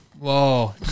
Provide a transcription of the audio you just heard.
whoa